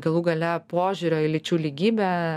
galų gale požiūrio į lyčių lygybę